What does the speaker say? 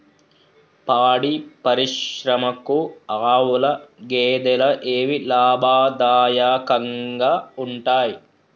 పాడి పరిశ్రమకు ఆవుల, గేదెల ఏవి లాభదాయకంగా ఉంటయ్?